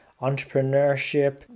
entrepreneurship